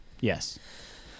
Yes